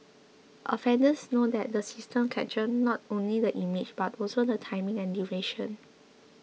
offenders know that the system captures not only the image but also the timing and duration